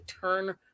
turn